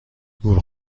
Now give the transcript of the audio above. گول